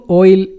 oil